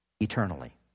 eternally